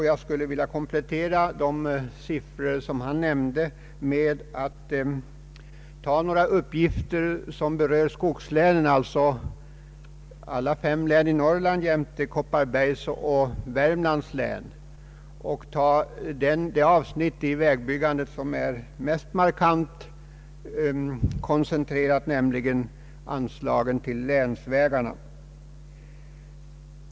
Jag skulle vilja komplettera de siffror han nämnde med några uppgifter som berör skogslänen, d.v.s. alla fem länen i Norrland jämte Kopparbergs och Värmlands län, och behandla det avsnitt av vägbyggandet som är mest markant koncentrerat, nämligen anslagen till länsvägarna.